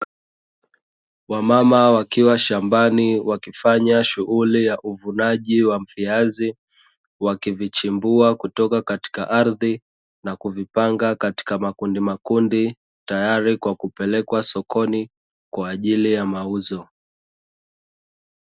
Wamama wakiwa shambani wakifanya shughuli ya uvunaji wa viazi, wakivichimbua kutoka katika ardhi na kuvipanga katika makundimakundi, tayari kwa kupelekwa sokoni kwa ajili ya mauzo.